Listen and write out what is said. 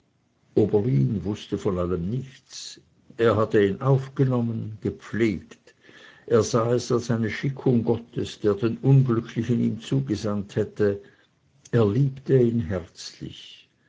oberlin wußte von allem nichts er hatte ihn aufgenommen gepflegt er sah es als eine schickung gottes der den unglücklichen ihm zugesandt hätte er liebte ihn herzlich